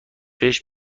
بهش